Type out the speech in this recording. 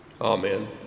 Amen